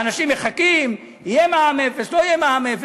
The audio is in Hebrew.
ואנשים מחכים, יהיה מע"מ אפס, לא יהיה מע"מ אפס.